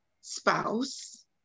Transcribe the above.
spouse